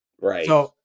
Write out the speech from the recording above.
Right